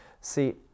See